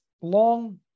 long